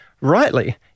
rightly